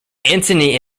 antony